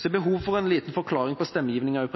Så er det også behov for en liten forklaring til stemmegivningen: